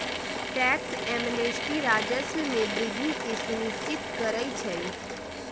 tax amnesty राजस्व में वृद्धि के सुनिश्चित करइ छै